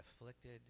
afflicted